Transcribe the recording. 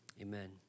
amen